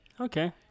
okay